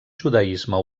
judaisme